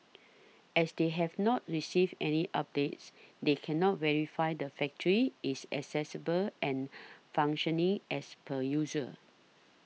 as they have not received any updates they cannot verify the factory is accessible and functioning as per usual